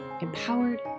empowered